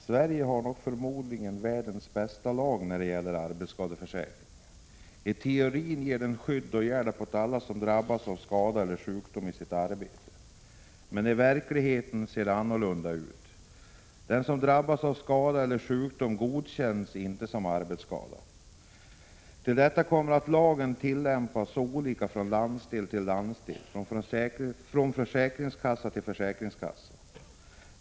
Fru talman! Sverige har förmodligen världens bästa lag när det gäller arbetsskadeförsäkring. I teorin ger den skydd och hjälp åt alla som drabbas av skada eller sjukdom i sitt arbete. Men verkligheten ser annorlunda ut. Den som drabbas av skada eller sjukdom godkänns inte som arbetsskadad. Till detta kommer att lagen tillämpas så olika från landsdel till landsdel, 61 från försäkringskassa till försäkringskassa.